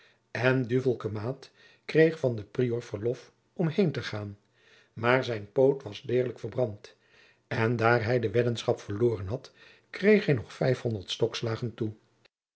pleegzoon duvelkemaôt kreeg van den prior verlof om heen te gaôn maôr zijn poot was deerlijk verbrand en daor hum de weddenschap verloren had kreeg hum nog vijfhonderd stokslaôgen toe